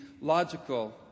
logical